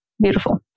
Beautiful